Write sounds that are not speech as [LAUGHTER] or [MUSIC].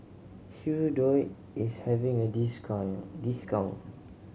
hirudoid is having a [UNINTELLIGIBLE] discount